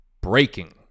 breaking